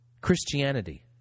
Christianity